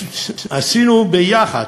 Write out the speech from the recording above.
עשינו ביחד,